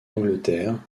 angleterre